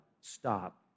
stop